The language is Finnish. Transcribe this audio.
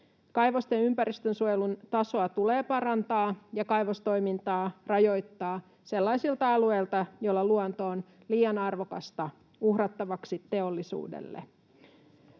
kaivosten ympäristönsuojelun tasoa tulee parantaa ja kaivostoimintaa rajoittaa sellaisilta alueilta, joilla luonto on liian arvokasta uhrattavaksi teollisuudelle.